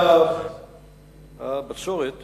שאל את שר התשתיות הלאומיות ביום ח' בכסלו התש"ע (25 בנובמבר